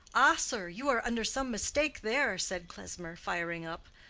ah, sir, you are under some mistake there, said klesmer, firing up.